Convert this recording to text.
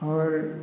और